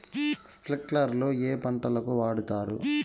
స్ప్రింక్లర్లు ఏ పంటలకు వాడుతారు?